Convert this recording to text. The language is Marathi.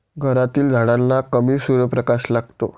घरातील झाडांना कमी सूर्यप्रकाश लागतो